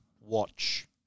watch